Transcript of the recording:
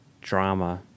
drama